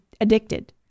addicted